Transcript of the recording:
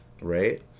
right